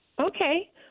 Okay